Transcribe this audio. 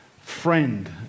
friend